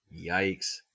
Yikes